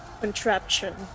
Contraption